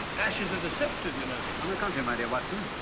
ashes are deceptive you know? on the contrary, my dear, watson.